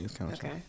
Okay